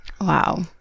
Wow